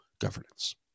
governance